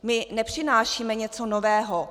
My nepřinášíme něco nového.